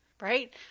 Right